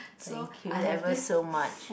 thank you ever so much